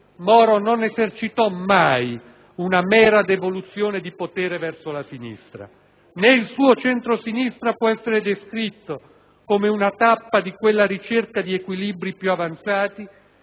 Moro non esercitò mai una mera devoluzione di potere verso la sinistra; né il suo centrosinistra può essere descritto come una tappa di quella ricerca di equilibri più avanzati,